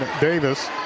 Davis